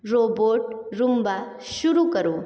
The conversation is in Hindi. रोबोट रुम्बा शुरू करो